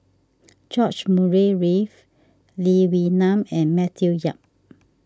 George Murray Reith Lee Wee Nam and Matthew Yap